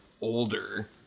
older